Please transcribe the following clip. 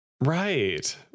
Right